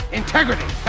integrity